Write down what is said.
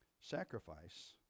sacrifice